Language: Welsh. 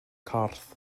corff